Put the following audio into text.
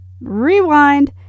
rewind